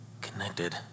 connected